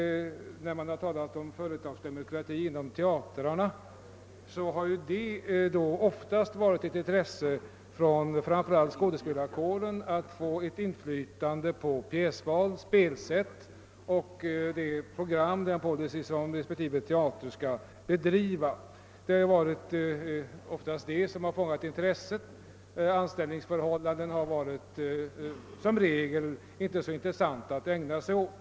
När man talat om företagsdemokrati inom teatrarna har det oftast varit ett intresse från framför allt skådespelarkåren att få inflytande på pjäsval, spelsätt och det program, den policy, som respektive teater skall förverkliga. Det har oftast varit detta som fångat intresset. Anställningsförhållandena har i regel inte varit så intressanta att ägna sig åt.